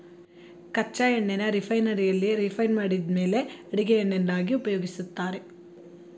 ಕಚ್ಚಾ ಎಣ್ಣೆನ ರಿಫೈನರಿಯಲ್ಲಿ ರಿಫೈಂಡ್ ಮಾಡಿದ್ಮೇಲೆ ಅಡಿಗೆ ಎಣ್ಣೆಯನ್ನಾಗಿ ಉಪಯೋಗಿಸ್ತಾರೆ